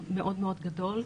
נכון, חדש-ישן.